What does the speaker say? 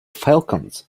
falcons